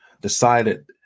decided